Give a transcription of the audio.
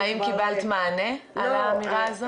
האם קיבלת מענה על האמירה הזו?